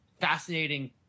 fascinating